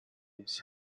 its